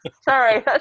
Sorry